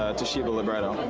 ah toshiba libretto